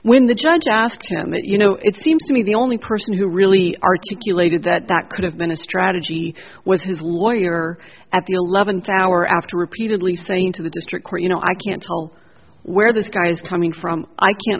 when the judge asked him you know it seems to me the only person who really articulated that that could have been a strategy was his lawyer at the eleventh hour after repeatedly saying to the district court you know i can't tell where this guy's coming from i can't